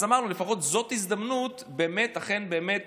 אמרנו שלפחות זאת הזדמנות אכן באמת